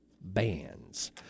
bands